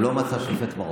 הוא לא מצא שופט מרוקאי.